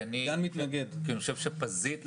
כי אני חושב שפזית,